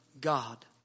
God